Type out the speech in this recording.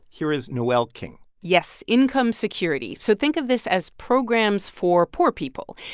here is noel king yes, income security. so think of this as programs for poor people.